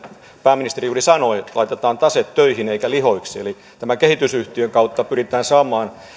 pääministeri juuri sanoi laitetaan tase töihin eikä lihoiksi eli tämän kehitysyhtiön kautta pyritään saamaan